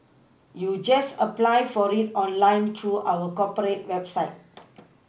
you just apply for it online through our corporate website